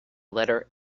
letter